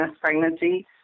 pregnancy